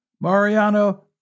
Mariano